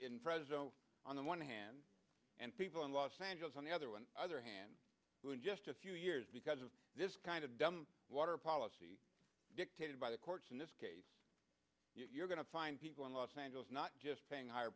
in fresno on the one hand and people in los angeles on the other one other hand who in just a few years because of this kind of dumb water policy dictated by the courts in this case you're going to find people in los angeles not just paying higher